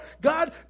God